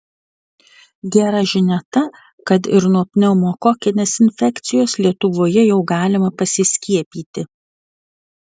gera žinia ta kad ir nuo pneumokokinės infekcijos lietuvoje jau galima pasiskiepyti